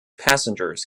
passengers